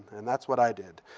and that's what i did.